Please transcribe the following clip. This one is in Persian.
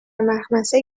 مخمصه